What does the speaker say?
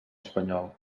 espanyol